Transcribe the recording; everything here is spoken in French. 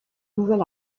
nouvel